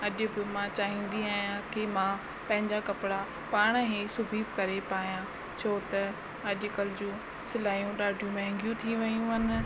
अॼु बि मां चाहिंदी आहियां की मां पंहिंजा कपिड़ा पाण ई सिबी करे पाया छो त अॼकल्ह जूं सिलाइयूं ॾाढियूं महांगियूं थी वयूं आहिनि